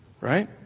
right